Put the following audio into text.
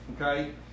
Okay